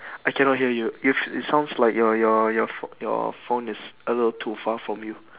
I cannot hear you it it sounds like your your your phone your phone is a little too far from you